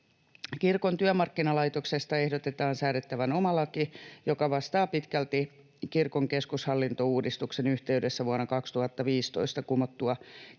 Kirkon työmarkkinalaitoksesta ehdotetaan säädettävän oma laki, joka vastaa pitkälti kirkon keskushallintouudistuksen yhteydessä vuonna 2015 kumottua Kirkon